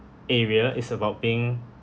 area it's about being